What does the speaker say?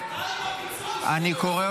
--- די עם --- חבר הכנסת קריב,